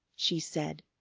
she said,